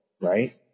right